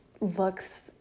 looks